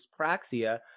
dyspraxia